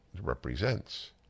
represents